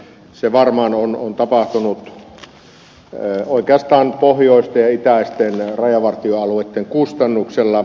se varmaan on tapahtunut oikeastaan pohjoisten ja itäisten rajavartioalueitten kustannuksella